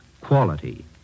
Quality